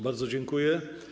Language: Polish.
Bardzo dziękuję.